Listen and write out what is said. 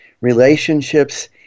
relationships